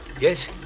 Yes